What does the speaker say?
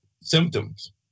symptoms